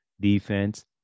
defense